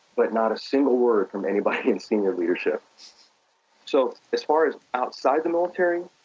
but not a single word from anybody in senior leadership so as far as outside the military,